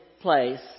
place